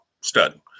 Stud